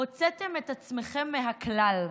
הוצאתם את עצמכם מהכלל.